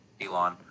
Elon